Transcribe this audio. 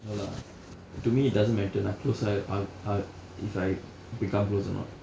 no lah to me it doesn't matter lah close I'll I'll ah if I become close or not